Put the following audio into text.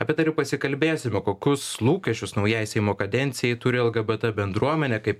apie tai ir pasikalbėsime kokius lūkesčius naujai seimo kadencijai turi lgbt bendruomenė kaip